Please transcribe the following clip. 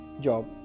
job